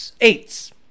eights